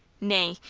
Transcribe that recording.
nay,